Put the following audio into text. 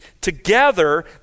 Together